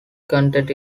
content